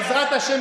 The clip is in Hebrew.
בעזרת השם,